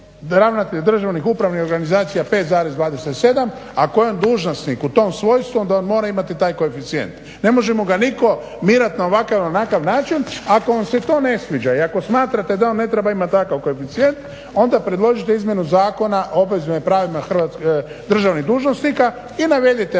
ravnatelj državnih upravnih organizacija 5.27, ako je on dužnosnik u tom svojstvu onda on mora imati taj koeficijent, ne možemo ga nitko … na ovakav ili onakav način. Ako vam se to ne sviđa i ako smatrate da on treba imat takav koeficijent onda predložite izmjenu Zakona o obvezama i pravima državnih dužnosnika i navedite